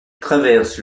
traverse